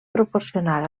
proporcionar